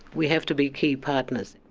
we have to be key partners.